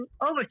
over